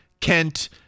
kent